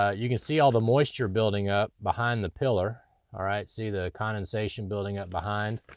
ah you can see all the moisture building up behind the pilar. all right, see the condensation building up behind,